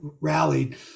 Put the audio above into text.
rallied